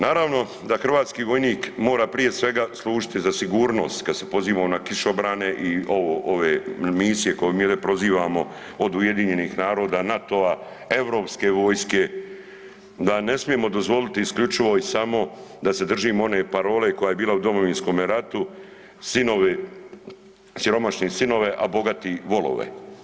Naravno da hrvatski vojnik mora prije svega služiti za sigurnost kad se pozivamo na kišobrane i ovo, ove misije koje mi ovdje prozivamo od UN-a, NATO-a europske vojske da ne smijemo dozvoliti isključivo i samo da se držimo one parole koja je bila u Domovinskome ratu, sinovi, siromašni sinove, a bogati volove.